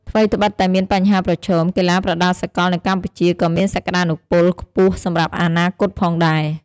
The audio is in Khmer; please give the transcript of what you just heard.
ថ្វីត្បិតតែមានបញ្ហាប្រឈម កីឡាប្រដាល់សកលនៅកម្ពុជាក៏មានសក្ដានុពលខ្ពស់សម្រាប់អនាគតផងដែរ.